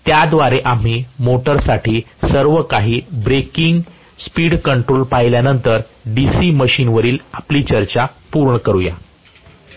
तर त्याद्वारे आम्ही मोटर्ससाठी सर्व काही ब्रेकिंग स्पीड कंट्रोल पाहिल्यानंतर डीसी मशीनवरील आपली चर्चा पूर्ण करूया